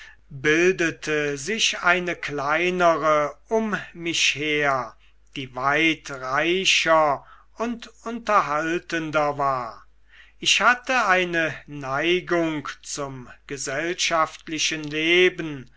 bildete sich eine kleinere um mich her die weit reicher und unterhaltender war ich hatte eine neigung zum gesellschaftlichen leben